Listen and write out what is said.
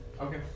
Okay